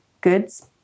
goods